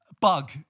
Bug